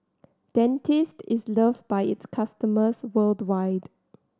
Dentiste is loved by its customers worldwide